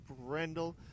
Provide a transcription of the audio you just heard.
Brendel